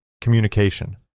Communication